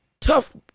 tough